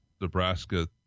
nebraska